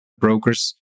brokers